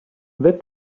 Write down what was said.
that